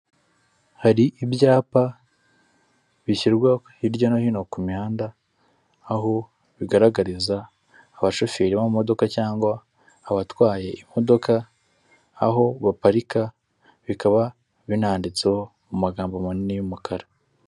Hari ibyapa bishyirwa hirya no hino ku mihanda aho bigaragariza abashoferi b'amamodoka cyangwa abatwaye imodoka aho baparika, bikaba binanditseho mu magambo manini y'umukara.